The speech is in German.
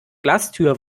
glastür